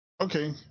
Okay